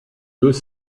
deux